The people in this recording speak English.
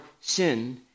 sin